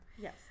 Yes